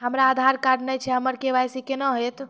हमरा आधार कार्ड नई छै हमर के.वाई.सी कोना हैत?